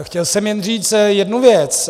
Chtěl jsem jen říct jednu věc.